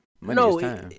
No